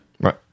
right